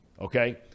okay